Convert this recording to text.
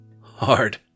hard